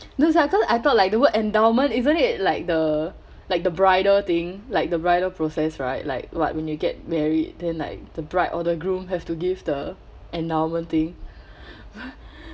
that's why cause I thought like the word endowment isn't it like the like the bridal thing like the bridal process right like [what] when you get married then like the bride or the groom has to give the endowment thing